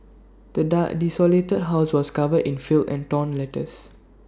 the dad desolated house was covered in filth and torn letters